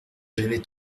j’avais